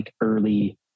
early